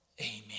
Amen